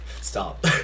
Stop